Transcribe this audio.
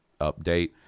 update